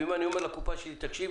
ואם אני אומר לקופה שלי 'תקשיבי',